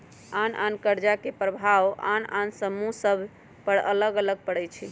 आन आन कर्जा के प्रभाव आन आन समूह सभ पर अलग अलग पड़ई छै